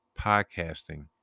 podcasting